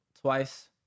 twice